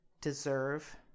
deserve